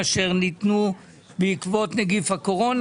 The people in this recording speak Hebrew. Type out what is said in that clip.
אשר ניתנו בעקבות נגיף הקורונה.